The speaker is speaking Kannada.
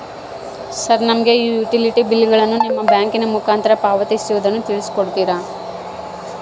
ಸರ್ ನಮಗೆ ಈ ಯುಟಿಲಿಟಿ ಬಿಲ್ಲುಗಳನ್ನು ನಿಮ್ಮ ಬ್ಯಾಂಕಿನ ಮುಖಾಂತರ ಪಾವತಿಸುವುದನ್ನು ತಿಳಿಸಿ ಕೊಡ್ತೇರಾ?